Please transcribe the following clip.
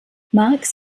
marx